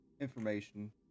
information